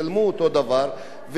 והן מבחינת הזמן,